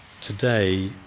today